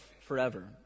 forever